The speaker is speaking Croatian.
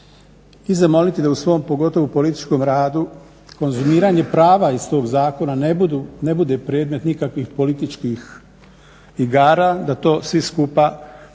i zamoliti da u svom, pogotovo političkom radu konzumiranje prava iz tog zakona ne bude predmet nikakvih političkih igara, da to svi skupa radimo